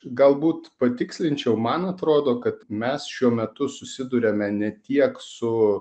galbūt patikslinčiau man atrodo kad mes šiuo metu susiduriame ne tiek su